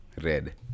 red